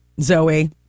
Zoe